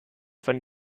von